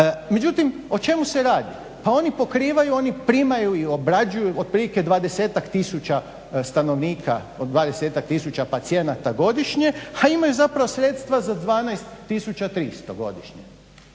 Međutim, o čemu se radi? Pa oni pokrivaju, oni primaju i obrađuju otprilike 20-tak tisuća stanovnika od 20-tak tisuća pacijenata godišnje, a imaju zapravo sredstva za 12300 godišnje.